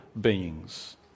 beings